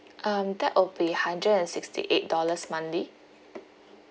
um that will be hundred and sixty eight dollars monthly